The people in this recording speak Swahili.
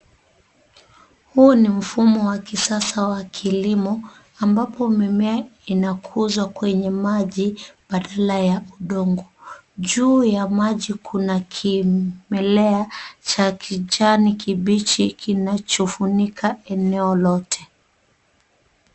Huu ni mfumo wa kisasa wa kilimo ambapo mimea inakuzwa kwenye maji badala ya udongo. Juu ya maji kuna kimelea cha kijani kibichi kinachofunika eneo lote.